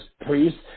priests